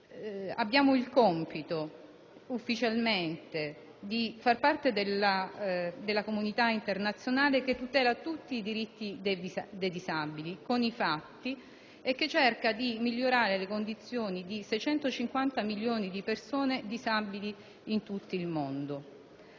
il compito di far entrare l'Italia nella comunità internazionale che tutela tutti i diritti dei disabili con i fatti e che cerca di migliorare le condizioni di 650 milioni di persone disabili in tutto il mondo,